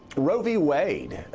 roe v. wade.